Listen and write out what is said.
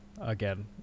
again